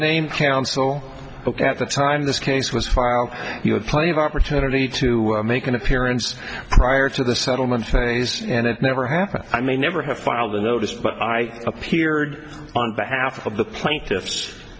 named counsel look at the time this case was filed you had plenty of opportunity to make an appearance prior to the settlement and it never happened i may never have filed a notice but i appeared on behalf of the plaintiffs